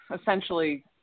essentially